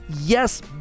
yes